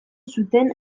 zuten